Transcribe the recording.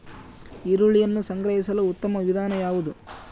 ಈರುಳ್ಳಿಯನ್ನು ಸಂಗ್ರಹಿಸಲು ಉತ್ತಮ ವಿಧಾನ ಯಾವುದು?